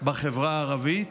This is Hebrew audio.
בחברה הערבית,